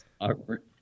awkward